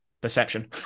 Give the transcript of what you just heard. perception